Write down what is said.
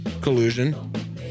collusion